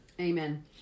Amen